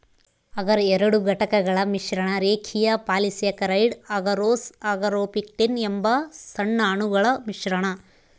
ಅಗರ್ ಎರಡು ಘಟಕಗಳ ಮಿಶ್ರಣ ರೇಖೀಯ ಪಾಲಿಸ್ಯಾಕರೈಡ್ ಅಗರೋಸ್ ಅಗಾರೊಪೆಕ್ಟಿನ್ ಎಂಬ ಸಣ್ಣ ಅಣುಗಳ ಮಿಶ್ರಣ